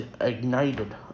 ignited